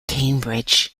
cambridge